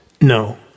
No